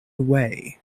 away